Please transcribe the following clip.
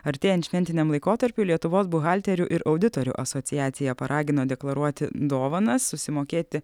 artėjant šventiniam laikotarpiui lietuvos buhalterių ir auditorių asociacija paragino deklaruoti dovanas susimokėti